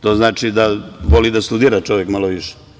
To znači da voli da studira čovek malo više.